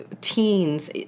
teens